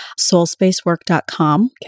Soulspacework.com